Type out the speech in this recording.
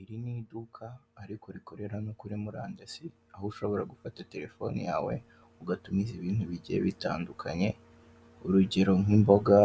Iri ni iduka ariko rikorera no kuri murandasi; aho ushobora gufata telefone yawe ugatumiza ibintu bigiye bitandukanye: urugero nk'imboga,